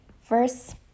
First